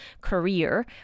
career